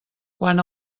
quan